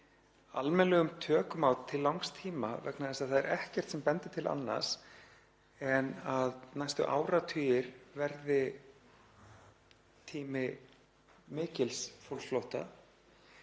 almennilegum tökum á til langs tíma vegna þess að það er ekkert sem bendir til annars en að næstu áratugir verði tími mikils fólksflótta